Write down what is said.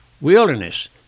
wilderness